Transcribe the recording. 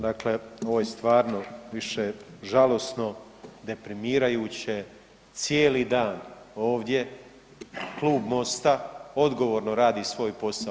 Dakle, ovo je stvarno više žalosno, deprimirajuće, cijeli dan ovdje Klub MOST-a odgovorno radi svoj posao.